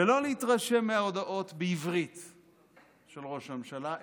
ולא להתרשם מההודעות בעברית של ראש הממשלה,